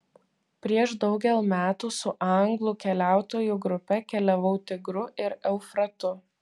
prieš daugel metų su anglų keliautojų grupe keliavau tigru ir eufratu